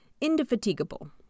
indefatigable